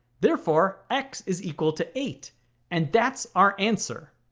therefore x is equal to eight and that's our answer!